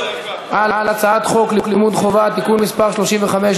להצבעה על הצעת חוק לימוד חובה (תיקון מס' 35),